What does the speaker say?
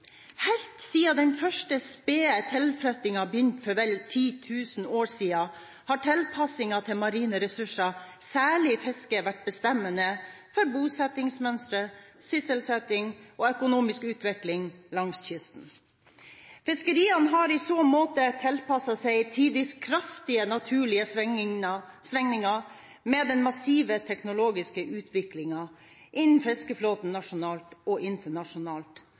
Helt siden den første spede tilflyttingen begynte for vel 10 000 år siden, har tilpassing til marine ressurser, særlig fiske, vært bestemmende for bosettingsmønsteret, sysselsetting og økonomisk utvikling langs kysten. Fiskeriene har i så måte tilpasset seg tidvis kraftige naturlige svingninger, men med den massive teknologiske utviklingen innen fiskeflåten nasjonalt og internasjonalt